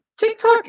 TikTok